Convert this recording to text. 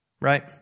Right